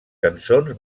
cançons